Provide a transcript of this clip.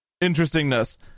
interestingness